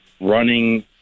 running